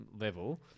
level